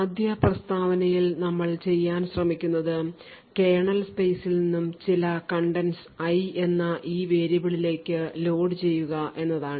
ആദ്യ പ്രസ്താവനയിൽ ഞങ്ങൾ ചെയ്യാൻ ശ്രമിക്കുന്നത് കേർണൽ സ്പെയ്സിൽ നിന്നും ചില contents i എന്ന ഈ വേരിയബിളിലേക്ക് ലോഡുചെയ്യുക എന്നതാണ്